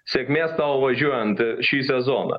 sėkmės tau važiuojant šį sezoną